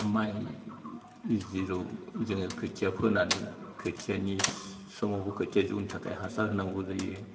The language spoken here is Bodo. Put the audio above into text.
माइ जेराव जोङो खोथिया फोनानै खोथियानो समावबो खोथिया जौनो थाखाय हासार होनांगौ जायो